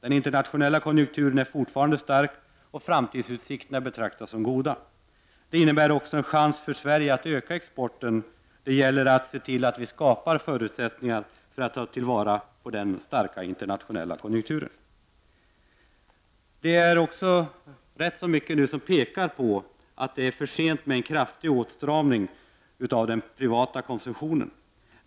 Den internationella konjunkturen är fortfarande stark, och framtidsutsikterna betraktas som goda. Det innebär också en chans för Sverige att öka exporten. Det gäller att se till att vi skapar förutsättningar för att ta till vara denna starka internationella konjunktur. Det är nu mycket som pekar på att det är för sent med en kraftig åtstramning av den privata konsumtionen.